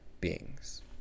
beings